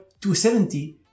270